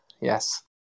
Yes